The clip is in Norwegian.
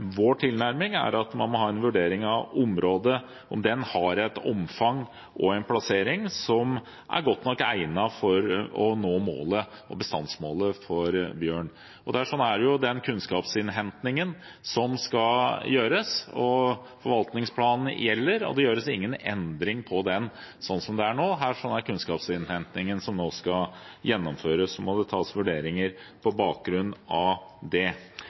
tilnærming, er at man må ha en vurdering av området, om det har et omfang og en plassering som er godt nok egnet for å nå bestandsmålet for bjørn. Det skal gjøres en kunnskapsinnhenting. Forvaltningsplanen gjelder, og det gjøres ingen endring i den slik det er nå. Her skal det gjennomføres kunnskapsinnhenting, og så må det tas vurderinger på bakgrunn av det.